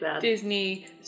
Disney